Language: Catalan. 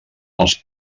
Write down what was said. els